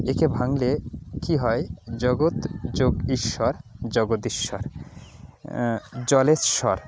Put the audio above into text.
একে ভাঙলে কী হয় জগৎ যোগ ঈশ্বর জগদীশ্বর জলেশ্বর